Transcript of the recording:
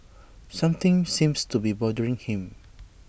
something seems to be bothering him